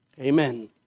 Amen